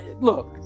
Look